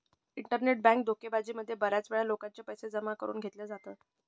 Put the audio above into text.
internet bank धोकेबाजी मध्ये बऱ्याच वेळा लोकांचे पैसे जमा करून घेतले जातात